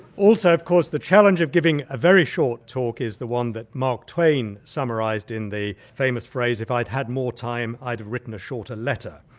also of course the challenge of giving a very short talk is the one that mark twain summarised in the famous phrase, if i'd had more time i'd have written a shorter letter.